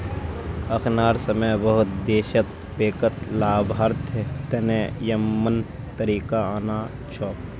अखनार समय बहुत देशत बैंकत लाभार्थी तने यममन तरीका आना छोक